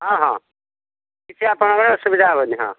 ହଁ ହଁ କିଛି ଆପଣଙ୍କର ଅସୁବିଧା ହେବନି ହଁ